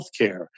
healthcare